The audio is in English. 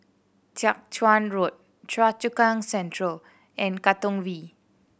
Jiak Chuan Road Choa Chu Kang Central and Katong V